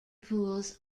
pools